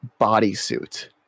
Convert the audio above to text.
bodysuit